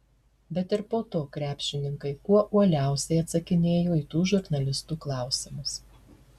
bet ir po to krepšininkai kuo uoliausiai atsakinėjo į tų žurnalistų klausimus